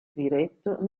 diretto